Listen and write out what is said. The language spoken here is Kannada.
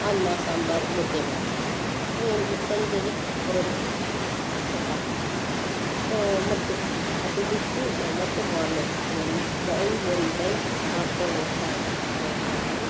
ಅನ್ನ ಸಾಂಬಾರ್ ಮುದ್ದೆ ಮಾಡ್ಬೋದು ಏನು ಸಂಜೆಗೆ ರೊಟ್ಟಿ ಚಪಾತಿ ಮತ್ತು ಅದು ಬಿಟ್ಟು ನಾವು ಮತ್ತೆ ಮಾರನೇ ದಿವಸ ಒನ್ ಬೈ ಒನ್ ಬೈ ಮಾಡ್ಕೊಂಡು ಹೋಗ್ತಾ ಇದ್ದರೆ ನಾವು ಯಾವಾಗಲೂ